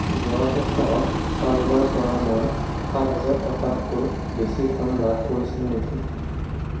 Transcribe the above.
যোৱা সপ্তাহত কাৰোবাৰ পৰা মই সাত হাজাৰ টকাতকৈ বেছি ধন লাভ কৰিছিলোঁ নেকি